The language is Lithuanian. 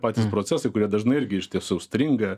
patys procesai kurie dažnai irgi iš tiesų stringa